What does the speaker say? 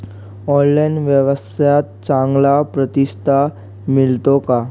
Online व्यवसायात चांगला प्रतिसाद मिळतो का?